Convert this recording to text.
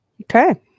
Okay